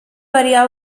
bariya